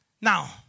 Now